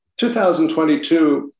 2022